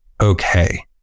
Okay